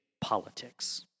politics